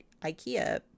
Ikea